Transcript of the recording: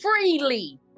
freely